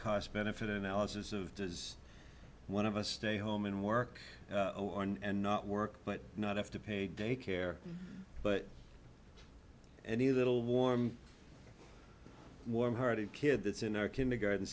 cost benefit analysis of does one of us stay home and work and not work but not have to pay daycare but any a little warm warm hearted kid that's in our kindergarten